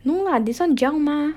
no lah this [one] gel mah